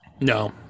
no